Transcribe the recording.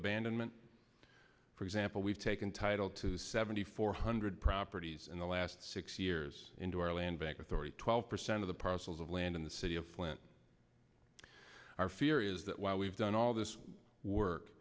abandonment for example we've taken title to seventy four hundred properties in the last six years into our land bank authority twelve percent of the parcels of land in the city of flint our fear is that while we've done all this work